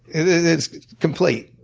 it's complete.